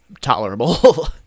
tolerable